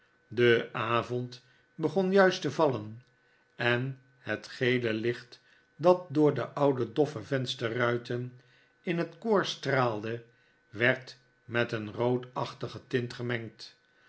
de avond begon juist te vallen en het gele licht dat door de oude doffevensterruiten in het koor straalde werd met een roodachtige tint gemengd